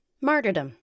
Martyrdom